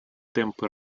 темпы